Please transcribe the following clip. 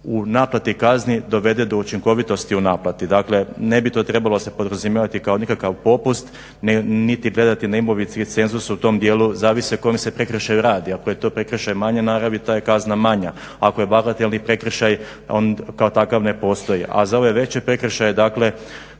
u naplati kazne dovede do učinkovitosti u naplati. Dakle ne bi to trebalo se podrazumijevati kao nikakav popust niti gledati na imovinski cenzus u tom dijelu zavisi o kojem se prekršaju radi. Ako je to prekršaj manje naravi ta je kazna manja, ako je … prekršaj on kao takav ne postoji. A za ove veće prekršaje dakle